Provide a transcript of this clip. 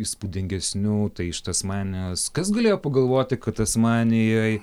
įspūdingesnių tai iš tasmanijos kas galėjo pagalvoti kad tasmanijoj